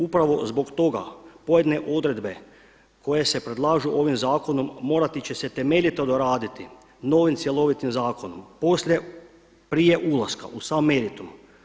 Upravo zbog toga pojedine odredbe koje se predlažu ovim zakonom morati će se temeljito doraditi novim cjelovitim zakonom poslije prije ulaska u sam meritum.